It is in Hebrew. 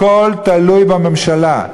הכול תלוי בממשלה.